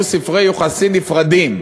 יהיו ספרי יוחסין נפרדים.